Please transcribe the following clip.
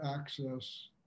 access